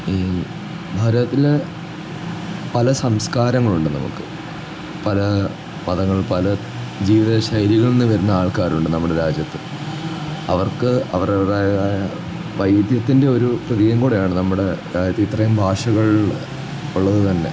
ഈ ഭാരതത്തിലെ പല സംസ്കാരങ്ങളുണ്ട് നമുക്ക് പല പദങ്ങൾ പല ജീവിതശൈലികളില്നിന്ന് വരുന്ന ആൾക്കാരുണ്ട് നമ്മുടെ രാജ്യത്ത് അവർക്ക് അവരവരുടേതായ ത്തിൻ്റെ ഒരു പ്രതീകം കൂടെയാണ് നമ്മുടെ ഇത്രയും ഭാഷകൾ ഉള്ളത് തന്നെ